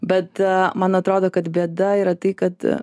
bet man atrodo kad bėda yra tai kad